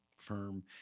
firm